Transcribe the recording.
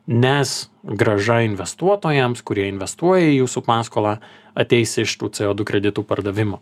nes grąža investuotojams kurie investuoja į jūsų paskolą ateis iš tų c o du kreditų pardavimo